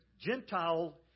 Gentile